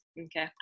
Okay